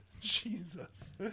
Jesus